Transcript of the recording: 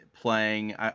playing